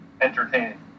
entertaining